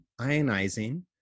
ionizing